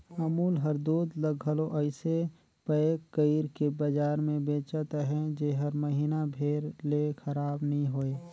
अमूल हर दूद ल घलो अइसे पएक कइर के बजार में बेंचत अहे जेहर महिना भेर ले खराब नी होए